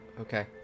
Okay